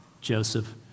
Joseph